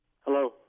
Hello